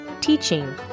teaching